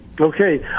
okay